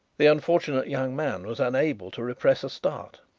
the unfortunate young man was unable to repress a start.